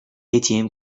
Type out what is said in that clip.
atm